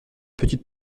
petite